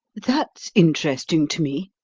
that's interesting to me,